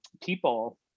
people